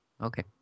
Okay